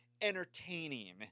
entertaining